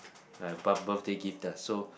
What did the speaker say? ah birth~ birthday gift so